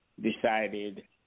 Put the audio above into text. decided